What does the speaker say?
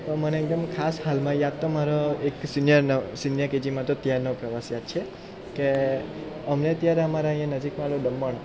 પણ મને એમ કેમ ખાસ હાલમાં યાદ તો મારો એક સિનિયરનો સિનિયર કેજીમાં હતો ત્યારનો પ્રવાસ યાદ છે કે અમને ત્યારે અમારા નજીકમાં હતું દમણ